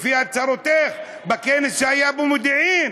לפי הצהרתך בכנס שהיה במודיעין?